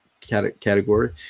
category